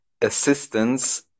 Assistance